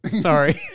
Sorry